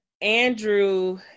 andrew